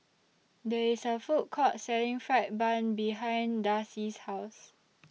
There IS A Food Court Selling Fried Bun behind Darcie's House